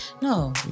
No